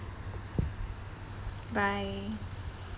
bye